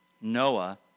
Noah